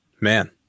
Man